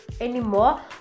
anymore